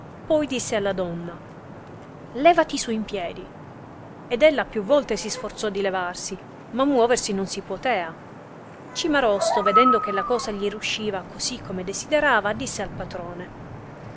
poi disse alla donna levati su in piedi ed ella più volte si sforzò di levarsi ma muoversi non si puotea cimarosto vedendo che la cosa gli riusciva sì come desiderava disse al patrone